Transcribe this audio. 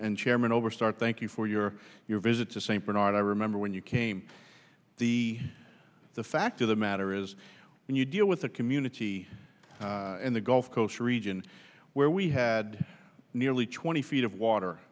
and chairman over starr thank you for your your visit to st bernard i remember when you came the the fact of the matter is when you deal with a community in the gulf coast region where we had nearly twenty feet of water